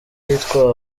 yitwa